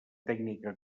tècnica